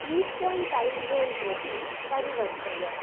Eastern टैंज़ोन् प्रति परिवर्तय